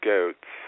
Goats